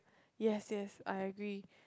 yes yes I agree